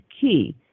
key